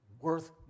worth